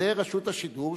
זו רשות השידור,